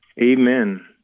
Amen